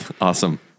Awesome